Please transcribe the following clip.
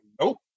nope